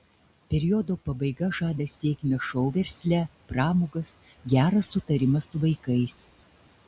periodo pabaiga žada sėkmę šou versle pramogas gerą sutarimą su vaikais